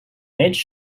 each